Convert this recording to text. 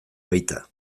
baita